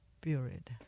buried